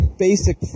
basic